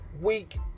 week